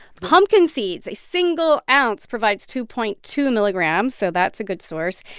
pumpkin seeds a single ounce provides two point two milligrams, so that's a good source.